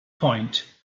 point